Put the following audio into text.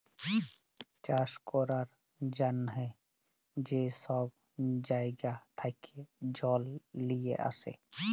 চাষ ক্যরার জ্যনহে যে ছব জাইগা থ্যাকে জল লিঁয়ে আসে